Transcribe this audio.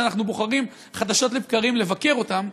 שאנחנו בוחרים חדשות לבקרים לבקר אותם.